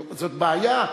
זאת בעיה.